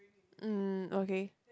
um okay